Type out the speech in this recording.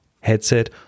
headset